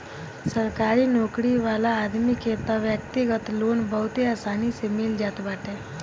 सरकारी नोकरी वाला आदमी के तअ व्यक्तिगत लोन बहुते आसानी से मिल जात बाटे